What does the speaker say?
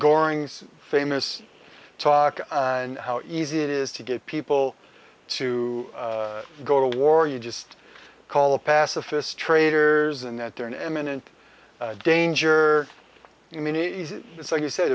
goring famous talk and how easy it is to get people to go to war you just call a pacifist traitors and that they're in imminent danger you mean it so you said